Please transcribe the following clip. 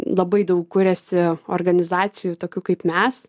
labai daug kuriasi organizacijų tokių kaip mes